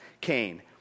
Cain